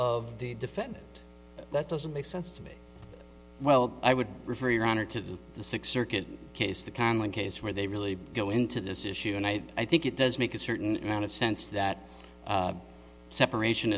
of the defendant that doesn't make sense to me well i would refer your honor to the six circuit case the conlin case where they really go into this issue and i i think it does make a certain amount of sense that separation